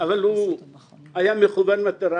אבל הוא היה מכוון מטרה